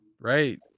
right